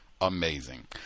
Amazing